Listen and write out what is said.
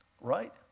right